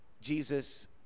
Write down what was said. Jesus